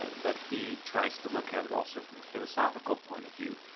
but he tries to look at it also from a philosophical point of view.